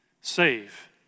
save